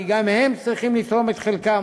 כי גם הן צריכות לתרום את חלקן.